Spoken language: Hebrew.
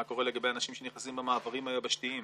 חלקם גם עובדים במשרות חלקיות ולכן לא